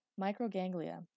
Microganglia